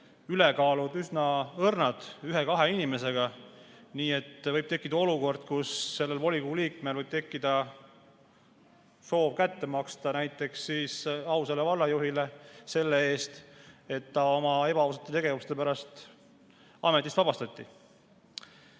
ülekaalud üsna õrnad, ühe-kahe inimesega. Nii et võib tekkida olukord, kus sellel volikogu liikmel tekib näiteks soov kätte maksta ausale vallajuhile selle eest, et ta oma ebaausate tegevuste pärast ametist vabastati.